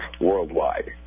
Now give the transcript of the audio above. worldwide